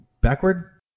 backward